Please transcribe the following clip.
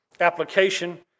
application